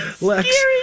Lex